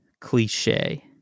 cliche